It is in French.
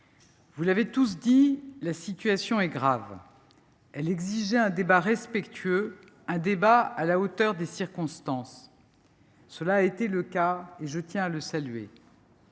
Vous l’avez tous souligné, la situation est grave. Elle exigeait un débat respectueux, à la hauteur des circonstances ; cela a été le cas, et je tiens à le saluer.